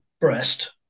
breast